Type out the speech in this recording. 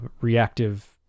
reactive